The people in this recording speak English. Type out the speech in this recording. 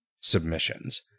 submissions